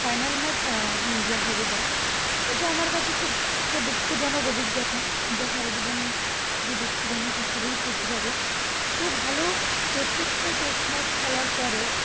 final match India হেরে যায় এটা আমার কাছে খুব একটা দুঃখজনক অভিজ্ঞতা যা সারাাজীবন খুবই দুঃখজনক হিসাবেই থেকে যাবে এত ভালো প্রত্যেকটা টেস্ট ম্যাচ খেলার পরেও